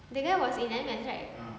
the girl was in M_S